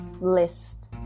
list